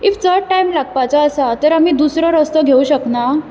if चड time लागपाचो आसा तर आमी दुसरो रस्तो घेवंक शकना